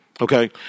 Okay